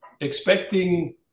expecting